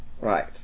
Right